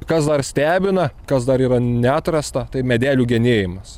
kas dar stebina kas dar yra neatrasta tai medelių genėjimas